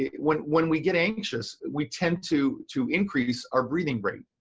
yeah when when we get anxious, we tend to to increase our breathing rate.